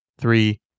three